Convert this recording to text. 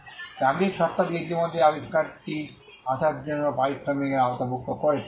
চাকরীর শর্তাদি ইতিমধ্যে এই আবিষ্কারটি আসার জন্য পারিশ্রমিকের আওতাভুক্ত করেছে